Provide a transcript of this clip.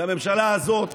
הממשלה הזאת